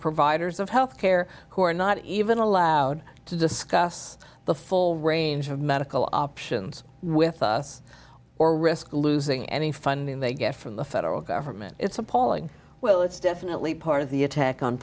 providers of health care who are not even allowed to discuss the full range of medical options with us or risk losing any funding they get from the federal government it's appalling well it's definitely part of the attack on